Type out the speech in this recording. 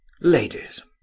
ladies